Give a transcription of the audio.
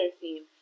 theme